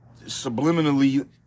subliminally